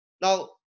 Now